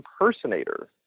impersonator